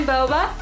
Boba